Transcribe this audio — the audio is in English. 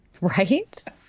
Right